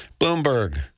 Bloomberg